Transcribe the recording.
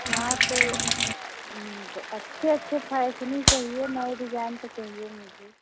हाँ तो अच्छे अच्छे फैसनी चाहिए नए डिजाइन के चाहिए मुझे